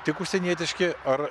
tik užsienietiški ar